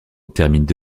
terminent